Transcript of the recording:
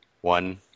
One